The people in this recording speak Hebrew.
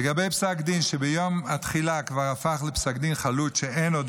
לגבי פסק דין שביום התחילה כבר הפך לפסק דין חלוט שאין עוד